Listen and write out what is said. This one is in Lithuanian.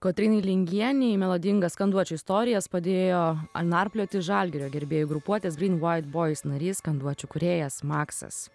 kotrynai lingienei melodingas skanduočių istorijas padėjo atnarplioti žalgirio gerbėjų grupuotės gryn uait boiz narys skanduočių kūrėjas maksas